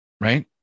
right